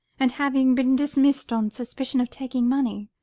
and having been dismissed on suspicion of taking money.